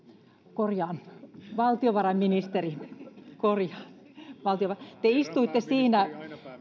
korjaan valtiovarainministeri te istuitte siinä